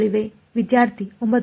ವಿದ್ಯಾರ್ಥಿ 9